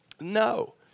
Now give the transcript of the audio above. No